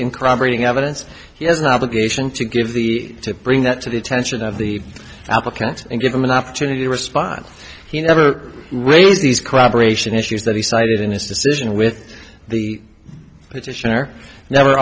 bringing evidence he has an obligation to give the to bring that to the attention of the applicant and give him an opportunity to respond he never raised these cooperation issues that he cited in his decision with the